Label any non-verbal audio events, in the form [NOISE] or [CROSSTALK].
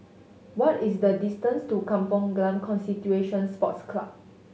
what is the distance to Kampong Glam [UNINTELLIGIBLE] Sports Club